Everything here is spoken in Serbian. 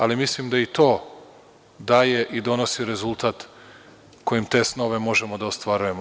Ali, mislim da i to daje i donosi rezultat kojim te snove možemo da ostvarujemo.